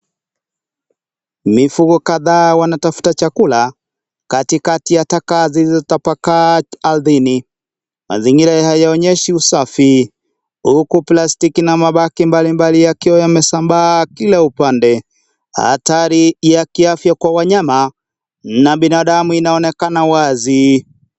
Mifugo kadhaa wanaotafuta chakula katikati ya taka zilizotapakaa ardhini. Mazingira hayaonyeshi usafi huku plastiki na mabaki mbali mbali yakionekana yamesambaa kila upande. Hatari ya kiafya kwa wanyama na binadamu inaonekana wazi.